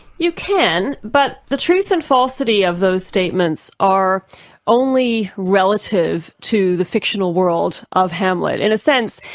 you can, but the truth and falsity of those statements are only relative to the fictional world of hamlet. in a sense,